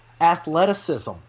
athleticism